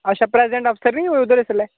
अच्छा प्रेजेंट अफसर नेईं ऐ कोई उद्धर इसलै